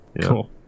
Cool